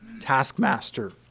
taskmaster